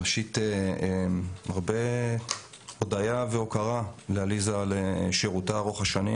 ראשית הרבה הודיה והוקרה לעליזה על שירותה ארוך השנים,